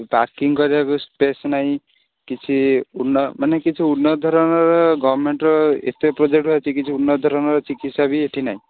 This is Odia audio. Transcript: ପାର୍କିଂ କରିବାକୁ ସ୍ପେସ୍ କିଛି ମାନେ କିଛି ଉନ୍ନତଧରଣର ଗଭ୍ମେଣ୍ଟର ଏତେ ପ୍ରୋଜେକ୍ଟ ଅଛି କିଛି ଉନ୍ନତଧରଣର ଚିକିତ୍ସା ବି ଏଠି ନାହିଁ